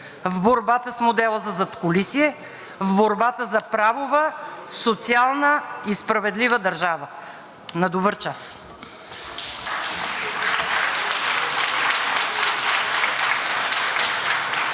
в борбата с модела за задкулисие, в борбата за правова, социална и справедлива държава. На добър час! (Народните